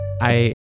I-